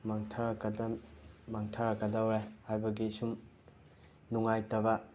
ꯃꯥꯡꯊꯔꯛꯀꯗꯝ ꯃꯥꯡꯊꯔꯛꯀꯗꯧꯔꯦ ꯍꯥꯏꯕꯒꯤ ꯁꯨꯝ ꯅꯨꯡꯉꯥꯏꯇꯕ